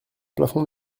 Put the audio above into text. plafond